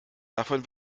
davon